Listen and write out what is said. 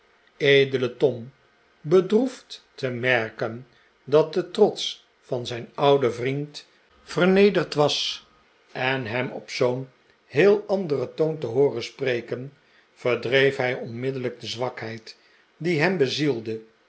bedroefd te merken dat de trots van zijn ouden vriend vernederd was en hem op zoo'n heel anderen toon te hooren spreken verdreef hij onmiddellijk de zwakheid die hem bezielde